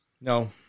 No